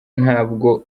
ntabwo